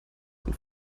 den